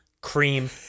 cream